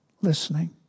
listening